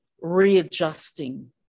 readjusting